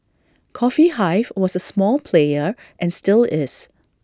coffee hive was A small player and still is